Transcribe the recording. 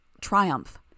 Triumph